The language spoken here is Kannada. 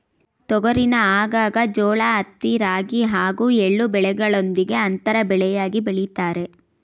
ತೊಗರಿನ ಆಗಾಗ ಜೋಳ ಹತ್ತಿ ರಾಗಿ ಹಾಗೂ ಎಳ್ಳು ಬೆಳೆಗಳೊಂದಿಗೆ ಅಂತರ ಬೆಳೆಯಾಗಿ ಬೆಳಿತಾರೆ